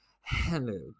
Hello